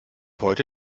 heute